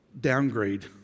downgrade